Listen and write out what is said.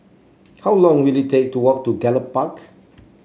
how long will it take to walk to Gallop Park